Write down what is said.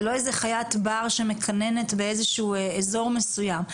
זו לא איזו חיית בר שמקננת באיזשהו אזור מסוים.